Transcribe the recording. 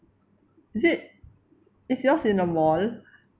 is it is yours in a mall